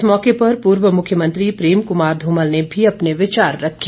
इस मौके पर पूर्व मुख्यमंत्री प्रेम कुमार धूमल ने भी अपने विचार रखे